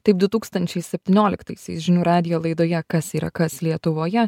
taip du tūkstančiai septynioliktaisiais žinių radijo laidoje kas yra kas lietuvoje